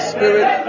Spirit